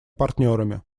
партнерами